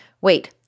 Wait